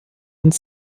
und